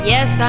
Yes